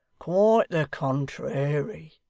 quite the contrairy